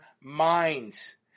minds